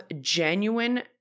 genuine